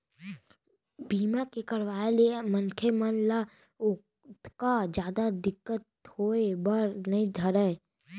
बीमा के करवाय ले मनखे मन ल ओतका जादा दिक्कत होय बर नइ धरय